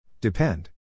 Depend